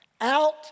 out